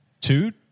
Two